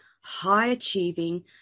high-achieving